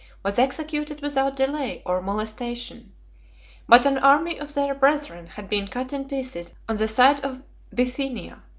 was executed without delay or molestation but an army of their brethren had been cut in pieces on the side of bithynia,